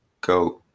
go